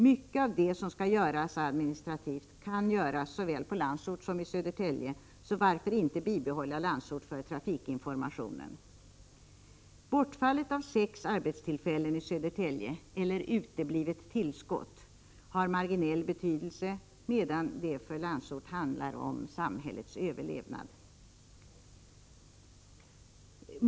Mycket av det som skall göras administrativt kan göras såväl på Landsort som i Södertälje — så varför inte bibehålla Landsort för trafikinformationen? Bortfallet av sex arbetstillfällen i Södertälje, eller ett uteblivet tillskott, har marginell betydelse, medan det för Landsort handlar om samhällets överlevnad.